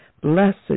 Blessed